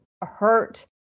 hurt